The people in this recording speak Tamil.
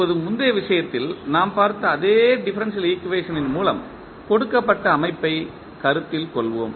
இப்போது முந்தைய விஷயத்தில் நாம் பார்த்த அதே டிஃபரன்ஷியல் ஈக்குவேஷனின் மூலம் கொடுக்கப்பட்ட அமைப்பைக் கருத்தில் கொள்வோம்